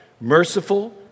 Merciful